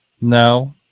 No